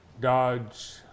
Dodge